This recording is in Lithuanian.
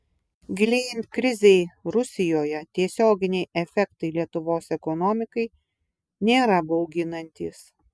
gilėjant krizei rusijoje tiesioginiai efektai lietuvos ekonomikai nėra bauginantys